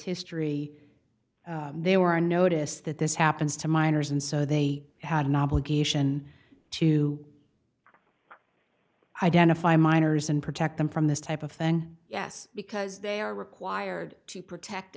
history they were noticed that this happens to minors and so they had an obligation to identify minors and protect them from this type of thing yes because they are required to protect